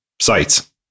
sites